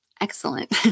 Excellent